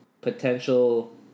potential